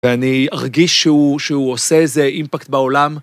ואני ארגיש שהוא עושה איזה אימפקט בעולם.